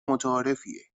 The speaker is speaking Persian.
متعارفیه